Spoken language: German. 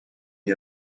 die